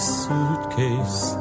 suitcase